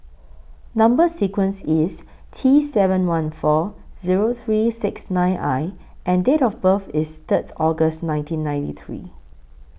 Number sequence IS T seven one four Zero three six nine I and Date of birth IS Third August nineteen ninety three